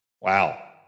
Wow